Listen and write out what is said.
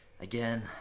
Again